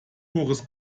pures